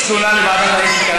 תגיש תלונה לוועדת האתיקה,